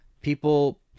people